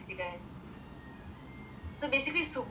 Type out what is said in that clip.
so basically subu and the vice presiddent were dating